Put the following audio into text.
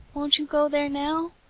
won't you go there now?